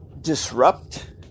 disrupt